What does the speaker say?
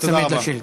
תיצמד לשאילתה.